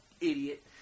idiot